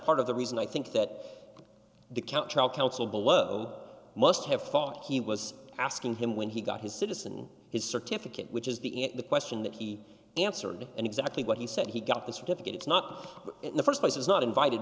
part of the reason i think that the camp trial counsel below must have thought he was asking him when he got his citizen his certificate which is the in the question that he answered and exactly what he said he got the certificate it's not in the st place it's not invited